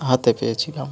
হাতে পেয়েছি গাম